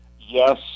Yes